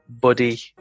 buddy